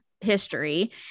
history